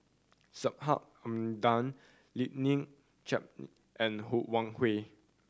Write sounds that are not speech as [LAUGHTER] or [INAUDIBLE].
Subhas Anandan [UNINTELLIGIBLE] Chiam and Ho Wan Hui